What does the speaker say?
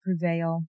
prevail